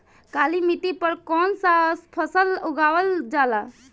काली मिट्टी पर कौन सा फ़सल उगावल जाला?